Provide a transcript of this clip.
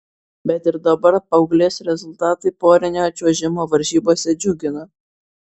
bet ir dabar paauglės rezultatai porinio čiuožimo varžybose džiugina